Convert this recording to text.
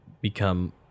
become